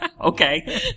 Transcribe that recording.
Okay